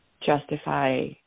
justify